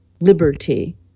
liberty